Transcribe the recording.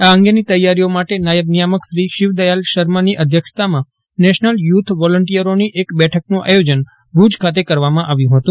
આ અંગેની તૈયારીઓ માટે નાયબ નિયામક શ્રી શિવદયાલ શર્માની અધ્યક્ષતામાં નેશનલ યુથ વોલંટીયરોની એક બેઠકનું આયોજન ભુજ ખાતે કરવામાં આવ્યું હતું